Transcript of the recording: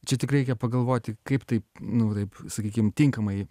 čia tik reikia pagalvoti kaip taip nu taip sakykim tinkamai